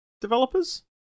developers